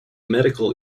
medical